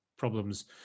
problems